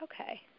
Okay